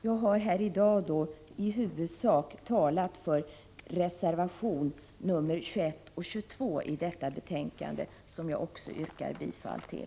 Jag har här i dag i huvudsak talat för reservationerna nr 21 och 22 i detta betänkande som jag också yrkar bifall till.